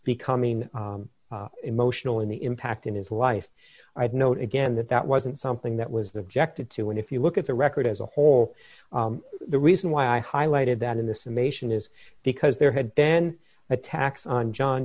becoming emotional in the impact in his life i'd note again that that wasn't something that was the objected to and if you look at the record as a whole the reason why i highlighted that in the summation is because there had then attacks on john